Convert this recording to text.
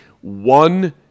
one